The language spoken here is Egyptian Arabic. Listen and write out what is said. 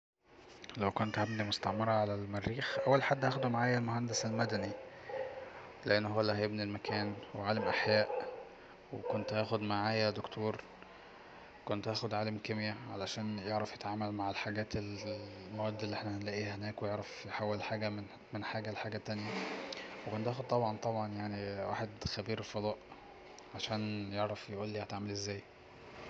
لو كنت هبني مستعمرة على المريخ اول حد هاخده معايا المهندس المدني لأن هو اللي هيبني المكان وعالم أحياء وكنت هاخد معايا دكتور وكنت هاخد عالم كيميا علشان يعرف يتعامل مع الحجات ال المواد اللي احنا هنلاقيها هناك ويعرف يحول الحاجة من حاجة لحاجة تانية وكنت هاخد طبعا طبعا يعني واحد خبير فضاء عشان يعرف يقولي هتعامل ازاي